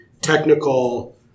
technical